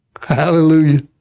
Hallelujah